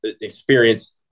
experience